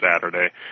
Saturday